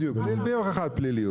בדיוק, בלי הוכחת פליליות.